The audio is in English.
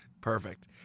Perfect